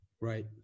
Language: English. Right